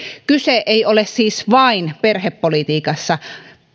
kyse ei ole siis vain perhepolitiikasta